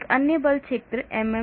एक अन्य बल क्षेत्र MMFF94